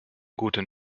guten